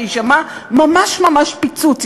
שיישמע ממש ממש פיצוץ.